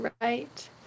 Right